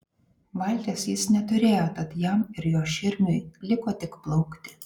valties jis neturėjo tad jam ir jo širmiui liko tik plaukti